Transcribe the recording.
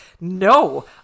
No